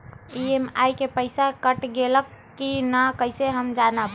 EMI के पईसा cut गेलक कि ना कइसे हम जानब?